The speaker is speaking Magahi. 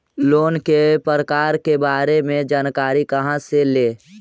लोन के प्रकार के बारे मे जानकारी कहा से ले?